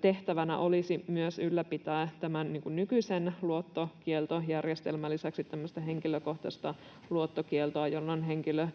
tehtävänä olisi myös ylläpitää tämän nykyisen luottokieltojärjestelmän lisäksi tämmöistä henkilökohtaista luottokieltoa, jolloin henkilö